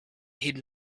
hidden